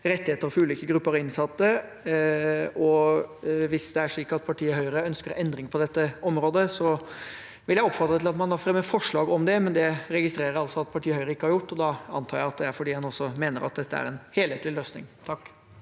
rettigheter for ulike grupper innsatte. Hvis det er slik at partiet Høyre ønsker en endring på dette området, vil jeg oppfordre til at man da fremmer forslag om det. Det registrerer jeg at partiet Høyre ikke har gjort, og da antar jeg at det er fordi en mener at dette er en helhetlig løsning.